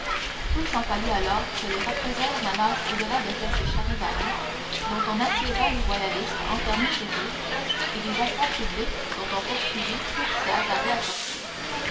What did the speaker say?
peu s'en fallut alors que les représailles n'allassent au-delà de quelques charivaris dont on assiégea les royalistes enfermés chez eux et des affronts publics dont on poursuivit ceux qui se hasardaient à sortir